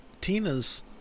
tina's